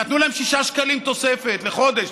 נתנו להם 6 שקלים תוספת לחודש,